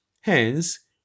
Hence